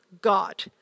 God